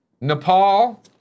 Nepal